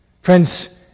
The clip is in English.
Friends